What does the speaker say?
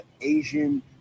Asian